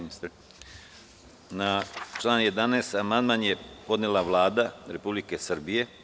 Na član 11. amandman je podnela Vlada Republike Srbije.